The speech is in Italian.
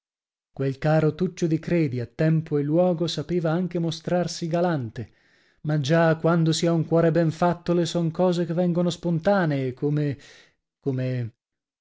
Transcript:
quel caro tuccio di credi a tempo e luogo sapeva anche mostrarsi galante ma già quando si ha un cuore ben fatto le son cose che vengono spontanee come come